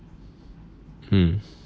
mm